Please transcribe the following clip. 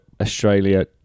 Australia